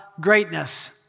greatness